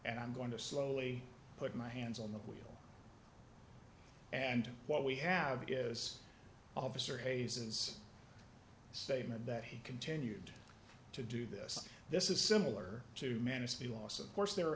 and i'm going to slowly put my hands on the wheel and what we have is officer hasan's statement that he continued to do this this is similar to manage the loss of course there are